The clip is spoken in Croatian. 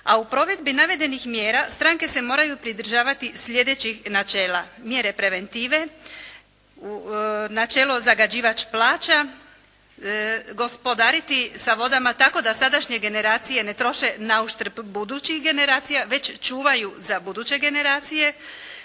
a u provedbi navedenih mjera stranke se moraju pridržavati slijedećih načela, mjere preventive, načelo zagađivač plaća, gospodariti sa vodama tako da sadašnje generacije ne troše na uštrb budućih generacija već čuvaju za buduće generacije,